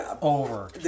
over